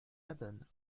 adonne